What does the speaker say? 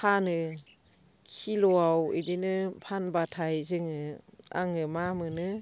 फानो किल'आव बिदिनो फानबाथाय जोङो आङो मा मोनो